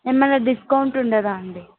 ఏమన్న డిస్కౌంట్ ఉందా అండి